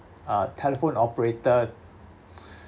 uh telephone operator